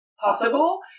possible